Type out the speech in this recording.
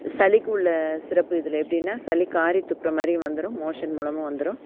சளிக்கு உள்ள சிரப்பு இதில் எப்படின்னா சளி காரி துப்புகிற மாதிரியும் வந்துடும் மோஷன் மூலமும் வந்துடும்